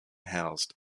housed